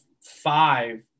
five